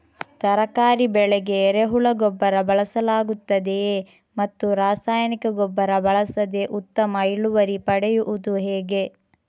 ತರಕಾರಿ ಬೆಳೆಗೆ ಎರೆಹುಳ ಗೊಬ್ಬರ ಬಳಸಲಾಗುತ್ತದೆಯೇ ಮತ್ತು ರಾಸಾಯನಿಕ ಗೊಬ್ಬರ ಬಳಸದೆ ಉತ್ತಮ ಇಳುವರಿ ಪಡೆಯುವುದು ಹೇಗೆ?